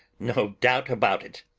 no doubt about it.